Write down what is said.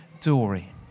Dory